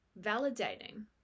validating